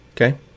okay